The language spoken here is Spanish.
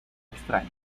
extraña